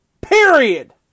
period